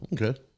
okay